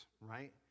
Right